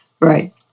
Right